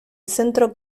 centro